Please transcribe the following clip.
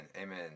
Amen